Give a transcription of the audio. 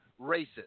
racist